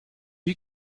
you